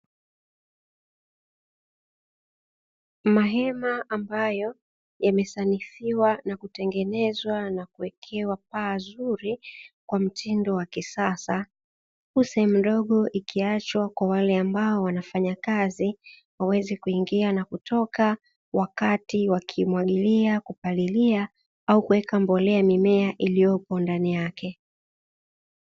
Mahema ambayo yamesanifiwa na kutengenezwa na kuwekewa paa zuri kwa mtindo wa kisasa, huku sehemu ndogo ikiachwa kwa wale ambao wanafanyakazi waweze kuingia na kutoka; wakati wakimwagilia, kupalilila au kuweka mbolea mimea iliyopo ndani yake.